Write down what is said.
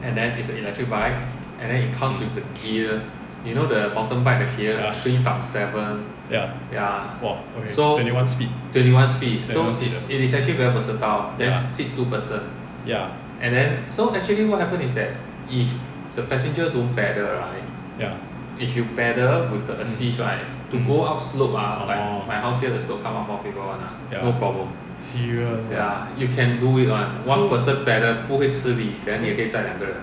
mm ya ya !wah! twenty one speed ya ya ya mm mm orh ya serious ah so so